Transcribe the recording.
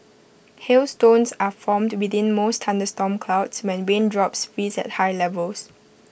hailstones are formed within most thunderstorm clouds when raindrops freeze at high levels